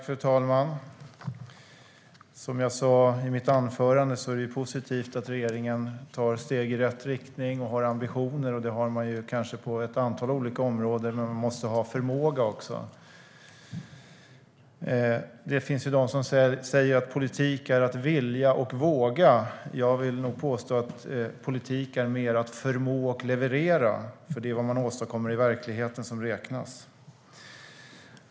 Fru talman! Som jag sa i mitt anförande är det positivt att regeringen tar steg i rätt riktning och har ambitioner. Det har man på ett antal olika områden, men man måste ha förmåga också. Det finns de som säger att politik är att vilja och våga. Jag vill nog påstå att politik mer är att förmå och leverera, för det är vad man åstadkommer i verkligheten som räknas.